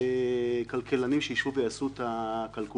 משק המדינה (תיקון בחינת העלות לרשויות מקומיות),